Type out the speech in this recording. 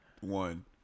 one